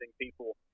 people